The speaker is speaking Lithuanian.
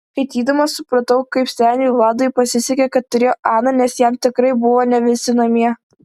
skaitydama supratau kaip seniui vladui pasisekė kad turėjo aną nes jam tikrai buvo ne visi namie